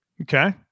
Okay